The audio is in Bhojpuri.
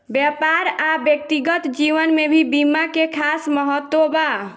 व्यापार आ व्यक्तिगत जीवन में भी बीमा के खास महत्व बा